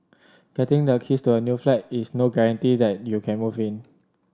getting the keys to a new flat is no guarantee that you can move in